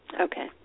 Okay